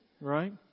Right